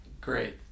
Great